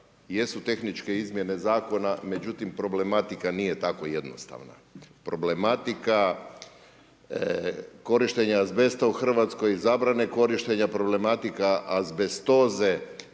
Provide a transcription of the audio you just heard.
jesu tehničke izmjene zakona, međutim problematika nije tako jednostavna. Problematika korištenja azbesta u Hrvatskoj, zabrane korištenja, problematika azbestoze,